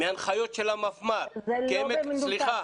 מהנחיות המפמ"ר --- זה לא במנותק,